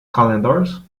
calendars